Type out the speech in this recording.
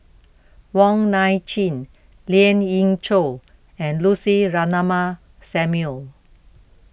Wong Nai Chin Lien Ying Chow and Lucy Ratnammah Samuel